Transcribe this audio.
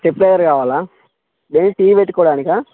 stabiliser కావాలా daily TV పెట్టుకోవడానికా